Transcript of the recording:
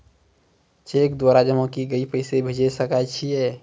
Cheque द्वारा जमा करि के पैसा भेजै सकय छियै?